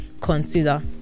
consider